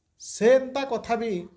ସେନ୍ତା କଥା ବି